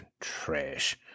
trash